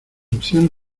opciones